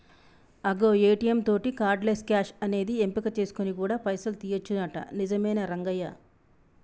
అగో ఏ.టీ.యం తోటి cardless cash అనేది ఎంపిక చేసుకొని కూడా పైసలు తీయొచ్చునంట నిజమేనా రంగయ్య